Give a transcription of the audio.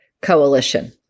Coalition